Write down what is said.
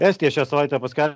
estija šią savaitę paskel